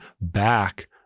back